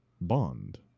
Bond